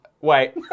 Wait